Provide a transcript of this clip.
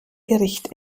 gericht